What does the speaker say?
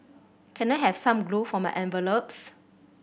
can I have some glue for my envelopes